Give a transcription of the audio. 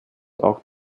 auch